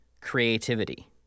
creativity